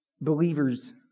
believers